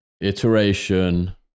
iteration